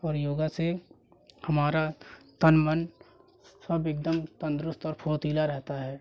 और योग से हमारा तन मन सब एकदम तंदुरुस्त और फुर्तीला रहता है